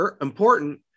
important